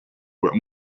were